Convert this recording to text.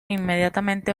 inmediatamente